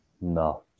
No